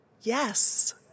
Yes